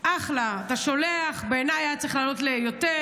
אחלה, אתה שולח, בעיניי, היה צריך להעלות יותר.